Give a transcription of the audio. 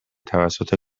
توسط